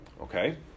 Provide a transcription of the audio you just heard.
Okay